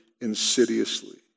insidiously